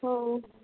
ହଉ